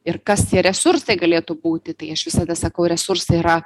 ir kas tie resursai galėtų būti tai aš visada sakau resursai yra